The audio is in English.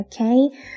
okay